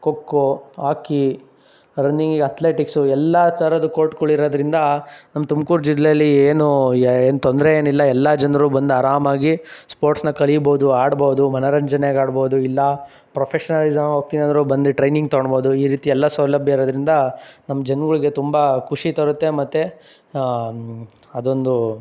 kho kho hockey ರನ್ನಿಂಗಿಗೆ athletics ಎಲ್ಲ ಥರದ್ದು ಕೋರ್ಟ್ಗಳಿರೋದ್ರಿಂದ ನಮ್ಮ ತುಮ್ಕೂರು ಜಿಲ್ಲೇಲಿ ಏನೂ ಏನ್ ತೊಂದರೆ ಏನಿಲ್ಲ ಎಲ್ಲ ಜನರೂ ಬಂದು ಅರಾಮಾಗಿ ಸ್ಪೋರ್ಟ್ಸ್ನಾ ಕಲೀಬೋದು ಆಡ್ಬೌದು ಮನರಂಜನೆಗೆ ಆಡ್ಬೋದು ಇಲ್ಲ ಪ್ರೊಫೆಷ್ನಲಿಸಮ್ ಹೋಗ್ತೀನಂದ್ರೂ ಬಂದು ಟ್ರೈನಿಂಗ್ ತಗೊಳ್ಬೋದು ಈ ರೀತಿ ಎಲ್ಲ ಸೌಲಭ್ಯ ಇರೋದ್ರಿಂದ ನಮ್ಮ ಜನ್ಗಳ್ಗೆ ತುಂಬ ಖುಷಿ ತರುತ್ತೆ ಮತ್ತು ಅದೊಂದು